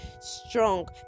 strong